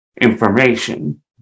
information